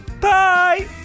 Bye